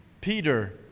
Peter